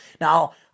Now